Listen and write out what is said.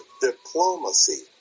diplomacy